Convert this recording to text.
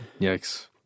Yikes